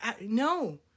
No